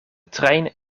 trein